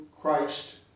Christ